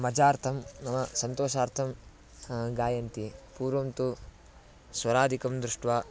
मजार्थं नाम सन्तोषार्थं गायन्ति पूर्वं तु स्वरादिकं दृष्ट्वा